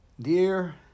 Dear